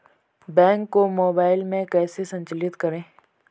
Bank को mobile में कैसे संचालित करें?